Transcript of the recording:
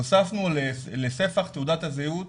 והוספנו לספח תעודת הזהות